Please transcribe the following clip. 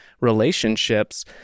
relationships